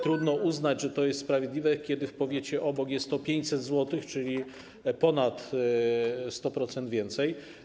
Trudno uznać, że to jest sprawiedliwe, kiedy w powiecie obok jest 500 zł, czyli ponad 100% więcej.